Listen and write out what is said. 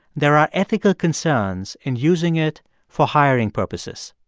there are ethical concerns in using it for hiring purposes.